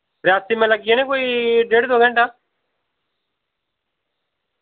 रियासी में लगी जाने कोई डेढ़ दो घैंटा